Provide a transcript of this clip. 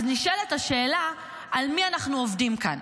אז נשאלת השאלה על מי אנחנו עובדים כאן.